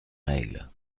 règles